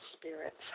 spirits